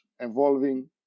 involving